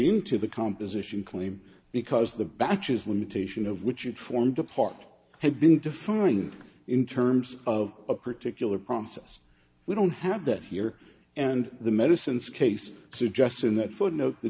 into the composition claim because the batches limitation of which it formed a part had been defined in terms of a particular process we don't have that here and the medicine's case suggests in that footnote the